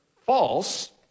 false